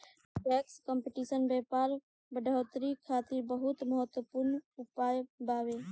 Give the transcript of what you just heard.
tax competition व्यापार बढ़ोतरी खातिर बहुत महत्वपूर्ण उपाय बावे